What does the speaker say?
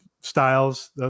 styles